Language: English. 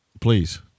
please